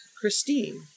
Christine